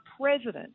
president